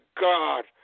God